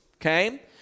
Okay